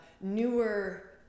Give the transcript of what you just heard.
newer